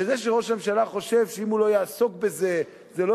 וזה שראש הממשלה חושב שאם הוא לא יעסוק בזה זה לא